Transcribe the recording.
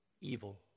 Evil